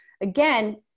again